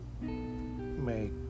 Make